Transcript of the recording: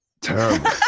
Terrible